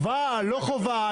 חובה, לא חובה?